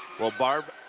well, barb,